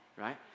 right